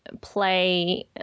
play